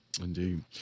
Indeed